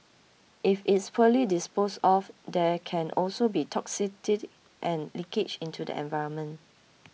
if it's poorly disposed of there can also be toxicity and leakage into the environment